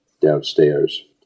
downstairs